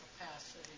capacity